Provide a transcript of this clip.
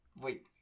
Wait